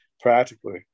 practically